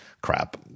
crap